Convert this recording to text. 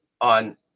on